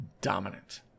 dominant